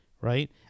right